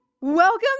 Welcome